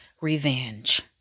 revenge